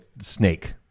snake